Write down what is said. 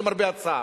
למרבה הצער,